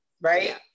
Right